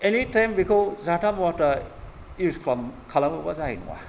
anytime बेखौ जाहाथाहा मुवाफोरा इउस खालाम खालामोबा जानाय नङा